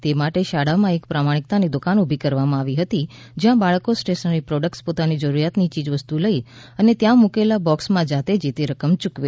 તે માટે શાળામાં એક પ્રમાણિકતાની દુકાન ઉભી કરવામાં આવી હતી જયાં બાળકો સ્ટેશનરી પ્રોડકટસ પોતાની જરૂરિયાતની ચીજ વસ્તુ લઇ અને ત્યાં મૂકેલા બોકસમાં જાતે જે તે રકમ યુકવે